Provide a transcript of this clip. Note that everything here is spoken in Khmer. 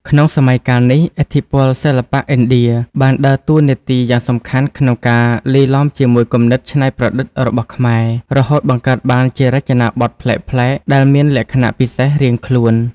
ក្នុងសម័យកាលនេះ ឥទ្ធិពលសិល្បៈឥណ្ឌាបានដើរតួនាទីយ៉ាងសំខាន់ក្នុងការលាយឡំជាមួយគំនិតច្នៃប្រឌិតរបស់ខ្មែរ រហូតបង្កើតបានជារចនាបថប្លែកៗ ដែលមានលក្ខណៈពិសេសរៀងខ្លួន។